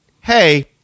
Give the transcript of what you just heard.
hey